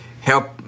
help